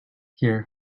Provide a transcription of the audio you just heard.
here